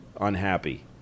unhappy